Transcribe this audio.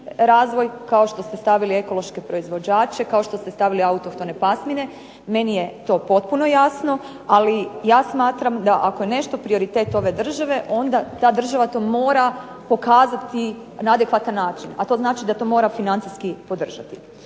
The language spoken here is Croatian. razvoj, kao što ste stavili ekološke proizvođače, kao što ste stavili autohtone pasmine. Meni je to potpuno jasno, ali ja smatram da ako je nešto prioritet ove države, onda ta država to mora pokazati na adekvatan način, a to znači da to mora financijski podržati.